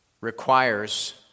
requires